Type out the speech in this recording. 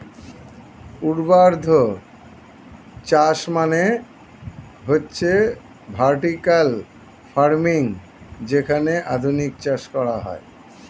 ঊর্ধ্বাধ চাষ মানে হচ্ছে ভার্টিকাল ফার্মিং যেখানে আধুনিক চাষ করা হয়